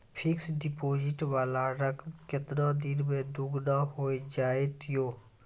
Fixed deposit वाला रकम केतना दिन मे दुगूना हो जाएत यो?